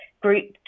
group